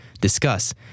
discuss